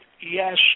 yes